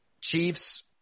Chiefs